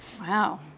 Wow